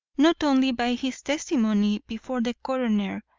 not only by his testimony before the coroner,